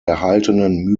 erhaltenen